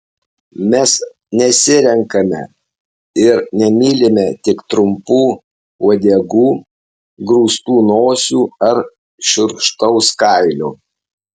mes nesirenkame ir nemylime tik trumpų uodegų grūstų nosių ar šiurkštaus kailio